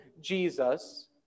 Jesus